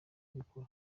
kubibuka